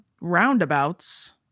Roundabouts